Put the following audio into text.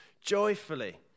joyfully